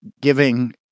giving